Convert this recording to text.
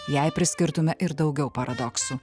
jei priskirtume ir daugiau paradoksų